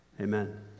Amen